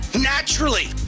Naturally